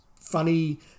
funny